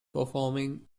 performing